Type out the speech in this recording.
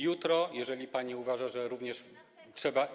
Jutro, jeżeli pani uważa, że również trzeba.